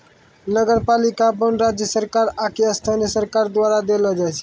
नगरपालिका बांड राज्य सरकार आकि स्थानीय सरकारो द्वारा देलो जाय छै